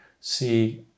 see